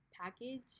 package